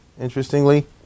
interestingly